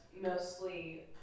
mostly